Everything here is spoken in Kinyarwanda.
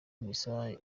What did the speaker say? misa